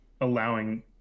allowing